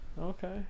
Okay